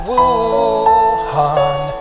Wuhan